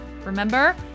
remember